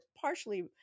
partially